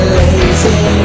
lazy